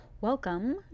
Welcome